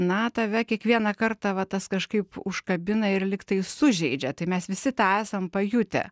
na tave kiekvieną kartą va tas kažkaip užkabina ir lyg tai sužeidžia tai mes visi esam pajutę